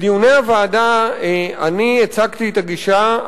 בדיוני הוועדה אני הצגתי את הגישה,